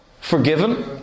forgiven